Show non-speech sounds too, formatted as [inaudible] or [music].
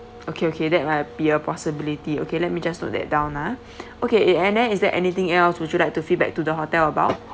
okay okay that might be a possibility okay let me just note that down ah [breath] okay err and then is there anything else would you like to feedback to the hotel about